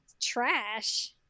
Trash